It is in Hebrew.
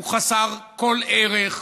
הוא חסר כל ערך.